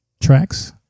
Tracks